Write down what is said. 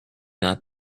not